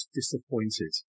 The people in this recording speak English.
disappointed